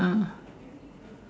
ah